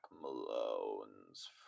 Malone's